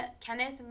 Kenneth